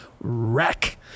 wreck